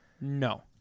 No